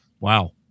Wow